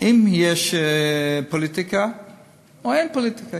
האם יש פוליטיקה או שאין פוליטיקה?